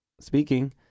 speaking